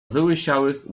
wyłysiałych